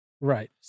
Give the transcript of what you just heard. right